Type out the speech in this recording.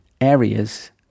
areas